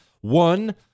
One